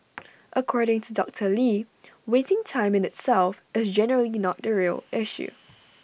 according to doctor lee waiting time in itself is generally not the real issue